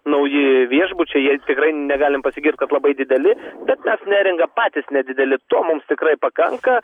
nauji viešbučiai jie tikrai negalim pasigirt kad labai dideli bet mes neringa patys nedideli to mums tikrai pakanka